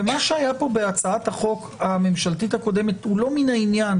ומה שהיה פה בהצעת החוק הממשלתית הקודמת הוא לא מן העניין,